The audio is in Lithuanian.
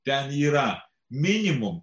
ten yra minimum